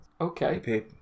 Okay